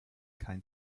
kein